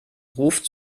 ruft